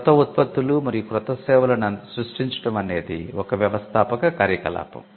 క్రొత్త ఉత్పత్తులు మరియు క్రొత్త సేవలను సృష్టించడం అనేది ఒక వ్యవస్థాపక కార్యకలాపం